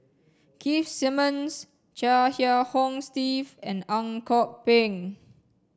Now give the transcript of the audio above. Keith Simmons Chia Kiah Hong Steve and Ang Kok Peng